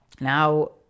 Now